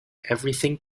everything